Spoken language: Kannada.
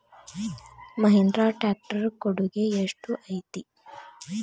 ಮಹಿಂದ್ರಾ ಟ್ಯಾಕ್ಟ್ ರ್ ಕೊಡುಗೆ ಎಷ್ಟು ಐತಿ?